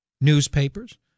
newspapers